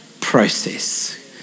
process